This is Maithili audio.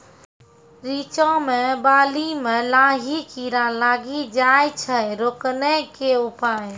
रिचा मे बाली मैं लाही कीड़ा लागी जाए छै रोकने के उपाय?